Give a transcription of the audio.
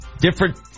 different